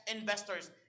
investors